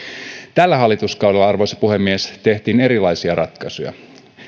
tällä hallituskaudella arvoisa puhemies tehtiin erilaisia ratkaisuja